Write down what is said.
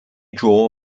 draw